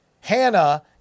Hannah